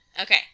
Okay